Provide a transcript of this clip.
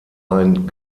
ein